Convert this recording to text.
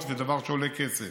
זה היה חלק מהשיקול שלי.